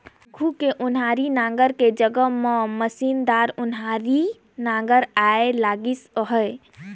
आघु के ओनारी नांगर के जघा म मसीनदार ओन्हारी नागर आए लगिस अहे